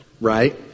right